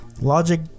Logic